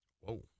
Whoa